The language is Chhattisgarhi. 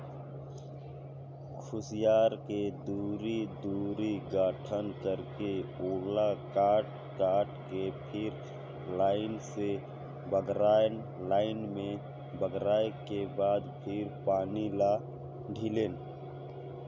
खुसियार के दूरी, दूरी गठन करके ओला काट काट के फिर लाइन से बगरायन लाइन में बगराय के बाद फिर पानी ल ढिलेन